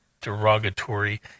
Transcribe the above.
derogatory